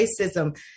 racism